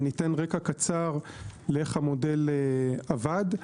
ניתן רקע קצר לאיך המודל עבד.